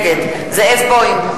נגד זאב בוים,